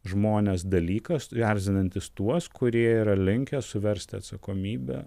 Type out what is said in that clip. žmones dalykas erzinantis tuos kurie yra linkę suversti atsakomybę